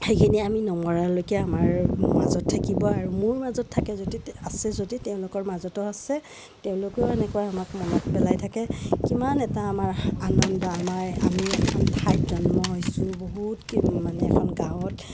সেইখিনি আমি নমৰালৈকে আমাৰ মাজত থাকিব আৰু মোৰ মাজত থাকে যদি আছে যদি তেওঁলোকৰ মাজতো আছে তেওঁলোকেও এনেকুৱাই আমাক মনত পেলাই থাকে কিমান এটা আমাৰ আনন্দ আমাৰ আমি এখন ঠাইত জন্ম হৈছোঁ বহুত মানে এখন গাঁৱত